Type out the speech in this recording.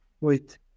wait